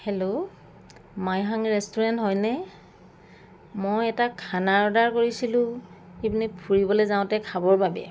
hello Maihang restaurant হয়নে মই এটা খানা অৰ্ডাৰ কৰিছিলোঁ সেইদিনা ফুৰিবলৈ যাওঁতে খাবৰ বাবে